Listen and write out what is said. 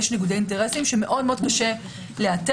יש ניגודי אינטרסים שמאוד מאוד קשה לאתר,